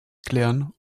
klären